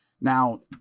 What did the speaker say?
Now